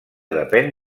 depèn